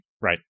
Right